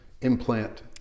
implant